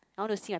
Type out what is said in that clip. I want to see my